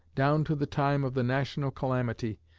down to the time of the national calamity,